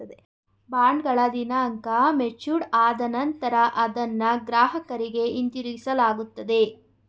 ಬಾಂಡ್ಗಳ ದಿನಾಂಕ ಮೆಚೂರ್ಡ್ ಆದ ನಂತರ ಅದನ್ನ ಗ್ರಾಹಕರಿಗೆ ಹಿಂತಿರುಗಿಸಲಾಗುತ್ತದೆ